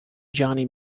johnny